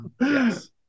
Yes